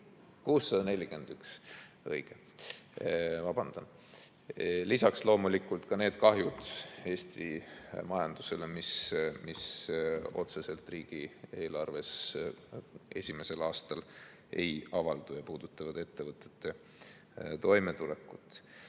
õige, vabandust! Lisaks loomulikult need kahjud Eesti majandusele, mis otseselt riigieelarves esimesel aastal ei avaldu ja puudutavad ettevõtete toimetulekut.